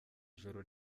ijoro